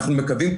אנחנו מקווים,